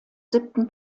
siebten